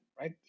right